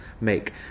make